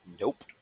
Nope